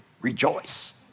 rejoice